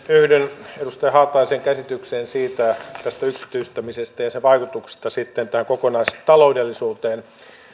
yhdyn edustaja haataisen käsitykseen tästä yksityistämisestä ja ja sen vaikutuksista sitten tähän kokonaistaloudellisuuteen